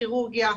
כירורגיה,